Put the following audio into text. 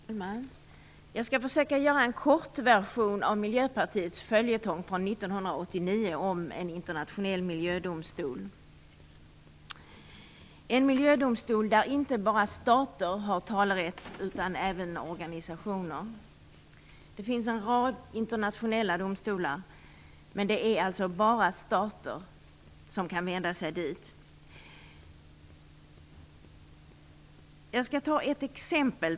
Fru talman! Jag skall försöka ge en kort version av Miljöpartiets följetong från 1989 om en internationell miljödomstol där inte bara stater utan även organisationer har talerätt. Det finns en rad internationella domstolar, men det är bara stater som kan vända sig till dem.